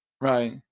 Right